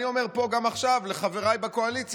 אני אומר פה גם עכשיו לחבריי בקואליציה: